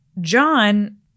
John